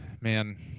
man